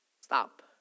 Stop